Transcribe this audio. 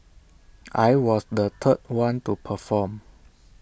I was the third one to perform